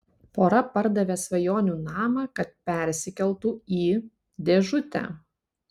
pora pardavė svajonių namą kad persikeltų į dėžutę